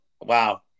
Wow